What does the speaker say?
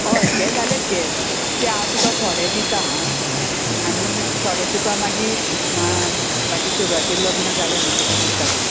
हय तें जालेत गे ते हांव तुका थोडे दिता हांव आनी थोडे तुका मागीर म्हाजे चेडवाचे लग्न जाले म्हणटगीर दिता